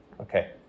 Okay